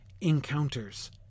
encounters